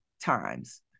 times